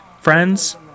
friends